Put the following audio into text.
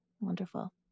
Wonderful